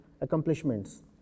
accomplishments